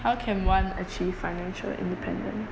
how can one achieve financial independence